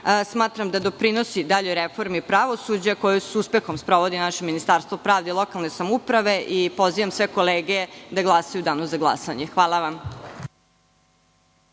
smatram da doprinosi daljoj reformi pravosuđa, koju s uspehom sprovodi naše Ministarstvo pravde i lokalne samouprave. Pozivam sve kolege da glasaju u danu za glasanje. Hvala.